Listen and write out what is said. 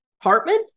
Hartman